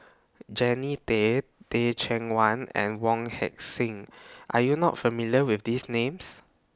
Jannie Tay Teh Cheang Wan and Wong Heck Sing Are YOU not familiar with These Names